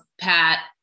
Pat